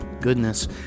goodness